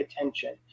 attention